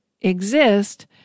exist